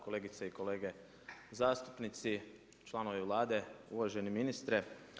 Kolegice i kolege zastupnici, članovi Vlade, uvaženi ministre.